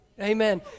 Amen